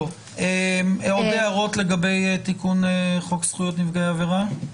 עוד הערות לגבי תיקוןן חוק זכויות נפגעי עבירה?